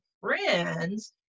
friends